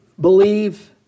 believe